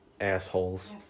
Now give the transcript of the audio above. Assholes